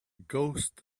ghost